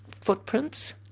footprints